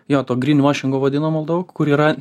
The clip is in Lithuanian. jo to grynvašingo vadinamo daug kur yra